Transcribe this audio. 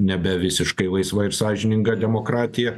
nebe visiškai laisva ir sąžininga demokratija